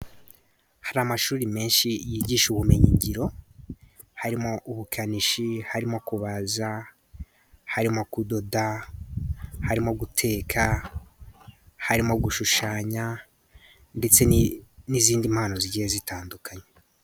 Hari amashuri menshi yigisha ubumenyingiro harimo ubukanishi, harimo kubaza, harimo kudoda, harimo guteka, harimo gushushanya ndetse n'izindi mpano zigiye zitandukanye.